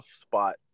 spot